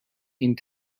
ihn